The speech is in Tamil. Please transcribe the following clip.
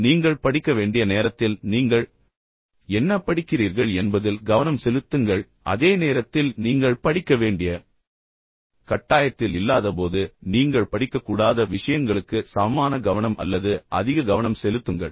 எனவே நீங்கள் படிக்க வேண்டிய நேரத்தில் நீங்கள் என்ன படிக்கிறீர்கள் என்பதில் கவனம் செலுத்துங்கள் அதே நேரத்தில் நீங்கள் படிக்க வேண்டிய கட்டாயத்தில் இல்லாதபோது நீங்கள் படிக்க கூடாத விஷயங்களுக்கு சமமான கவனம் அல்லது அதிக கவனம் செலுத்துங்கள்